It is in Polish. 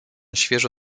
świeżo